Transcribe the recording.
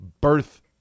birth